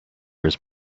his